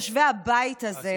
יושבי הבית הזה,